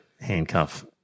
handcuff